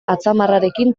atzamarrarekin